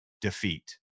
defeat